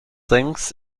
things